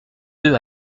deux